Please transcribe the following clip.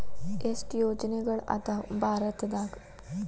ಎಷ್ಟ್ ಯೋಜನೆಗಳ ಅದಾವ ಭಾರತದಾಗ?